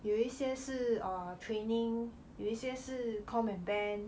有一些是 err training 有一些是 com and ben